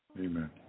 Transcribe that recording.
amen